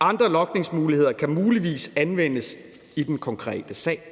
Andre logningsmuligheder kan muligvis anvendes i den konkrete sag.